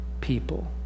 people